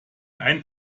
ein